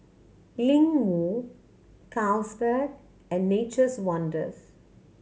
Ling Wu Carlsberg and Nature's Wonders